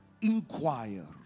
inquire